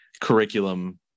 curriculum